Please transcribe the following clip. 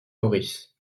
maurice